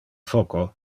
foco